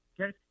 Okay